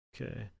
Okay